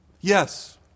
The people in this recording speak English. Yes